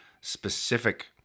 specific